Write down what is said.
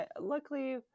luckily